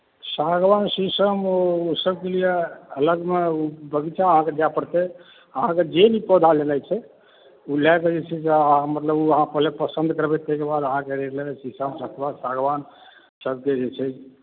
सागवान शीशम ओ सभके लिए अलगमे बगीचा अहाँकें जाय पड़तय अहाँकें जे भी पौधा लेनाइ छै ओ लएके जे छै से अहाँ मतलब अहाँ पहिले पसंद करबय ताहिके बाद अहाँके जे छै लेबय कि शीशम सखुआ सागवानसभ के जे छै